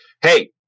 hey